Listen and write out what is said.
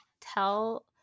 tell